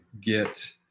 get